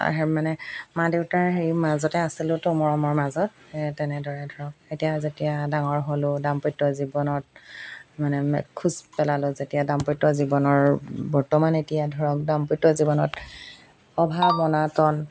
মানে মা দেউতাৰ হেৰি মাজতে আছিলোতো মৰমৰ মাজত তেনেদৰে ধৰক এতিয়া যেতিয়া ডাঙৰ হ'লোঁ দাম্পত্য জীৱনত মানে খোজ পেলালোঁ যেতিয়া দাম্পত্য জীৱনৰ বৰ্তমান এতিয়া ধৰক দাম্পত্য জীৱনত অভাৱ অনাতন